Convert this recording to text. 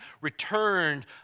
returned